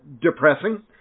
depressing